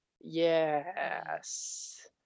Yes